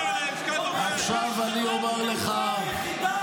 שלושה, ראיתי במקרה